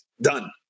done